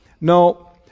no